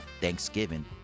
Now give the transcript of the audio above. Thanksgiving